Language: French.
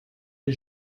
les